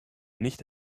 nicht